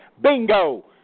Bingo